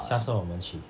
下次我们去